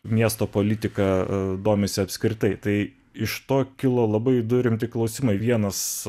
miesto politika domisi apskritai tai iš to kilo labai du rimti klausimai vienas